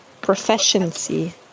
Proficiency